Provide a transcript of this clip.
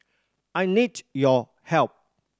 I need your help